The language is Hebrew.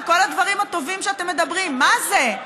כל הדברים הטובים שאתם מדברים, מה זה?